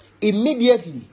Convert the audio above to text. Immediately